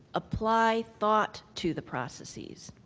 apply thought to the processes.